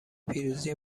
پیروزی